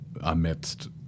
amidst